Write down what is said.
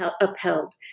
upheld